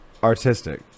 artistic